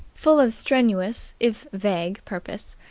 full of strenuous if vague purpose,